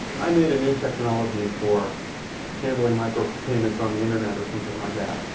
i made a new technology for handling micropayments on the internet, or something like that.